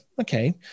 okay